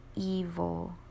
evil